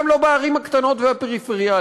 וגם לא בערים הקטנות והפריפריאליות,